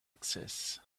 access